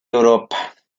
europa